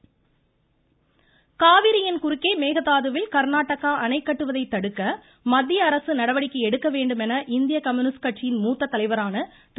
இருவரி காவிரியின் குறுக்கே மேகதாதுவில் கர்நாடகா அணை கட்டுவதை தடுக்க மத்திய அரசு நடவடிக்கை எடுக்க வேண்டும் என இந்திய கம்யூனிஸ்ட் கட்சியின் மூத்த தலைவரான திரு